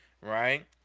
right